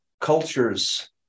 cultures